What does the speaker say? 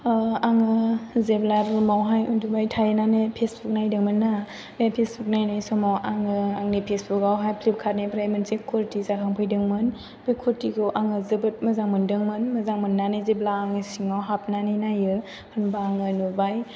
आङो जेब्ला रुमावहाय उन्दुबाय थाहैनानै फेसबुक नायदोंमोन ना बे फेसबुक नायनाय समाव आङो आंनि फेसबुकआवहाय फ्लिपकार्टनिफ्राय मोनसे कुरटि जाखांफैदोंमोन बे कुरटिखौ आङो जोबोद मोजां मोनदोंमोन मोजां मोननानै जेब्ला आङो सिङाव हाबनानै नायो होनबा आङो नुबाय